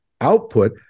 output